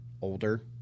older –